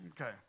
Okay